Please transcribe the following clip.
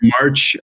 March